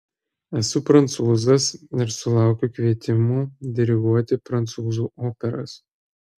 esu prancūzas ir sulaukiu kvietimų diriguoti prancūzų operas